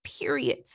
period